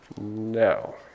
No